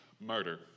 murder